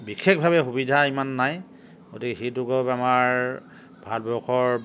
বিশেষভাৱে সুবিধা ইমান নাই গতিকে হৃদৰোগৰ বেমাৰ ভাৰতবৰ্ষৰ